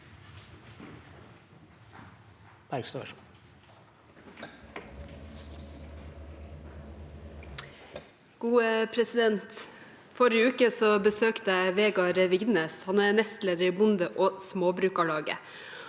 Forrige uke besøkte jeg Vegard Vigdenes. Han er nestleder i Bonde- og Småbrukarlaget.